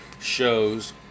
shows